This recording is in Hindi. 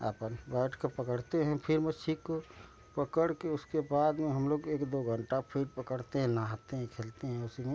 अपन बैठ कर पकड़ते हैं फिर मच्छी को पकड़ के उसके बाद में हम लोग एक दो घंटा फिर पकड़ते है नहाते हैं खेलते है उसी में